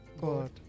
God